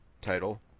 title